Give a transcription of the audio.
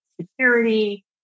security